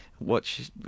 Watch